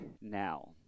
now